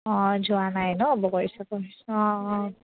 অঁ যোৱা নাই নহ্ বগৰী চাপৰি অঁ অঁ